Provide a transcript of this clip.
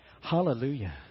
Hallelujah